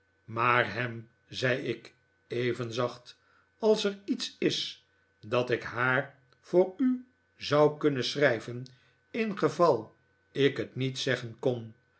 maar ham zei ik even zacht als er iets is dat ik haar voor u zou kunnen schrijven ingeval ik het niet zeggen kon